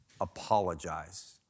apologize